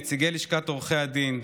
נציגי לשכת עורכי הדין,